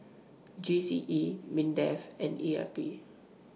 G C E Mindef and E R P